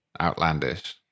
outlandish